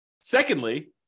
secondly